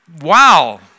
wow